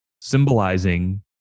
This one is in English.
symbolizing